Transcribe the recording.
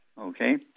okay